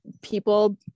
people